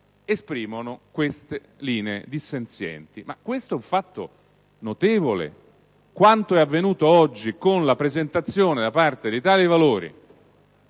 esprimono linee dissenzienti. Questo è un fatto notevole. Quanto è avvenuto oggi con la presentazione da parte dell'Italia